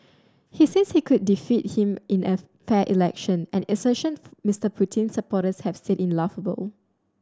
he says he could defeat him in a fair election an assertion Mister Putin's supporters have said in laughable